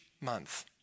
month